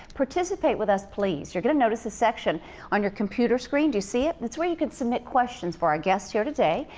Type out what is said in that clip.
participate with us, please. you're going to notice a section on your computer screen. do you see it? that's where you can submit questions for our guests here today.